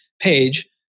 page